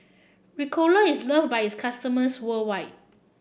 Ricola is loved by its customers worldwide